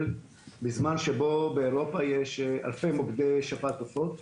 בזמן שבו באירופה יש אלפי מוקדי שפעת עופות.